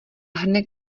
hrnek